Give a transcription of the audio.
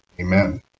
Amen